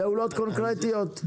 פעולות קונקרטיות?